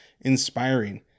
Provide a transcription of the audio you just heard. inspiring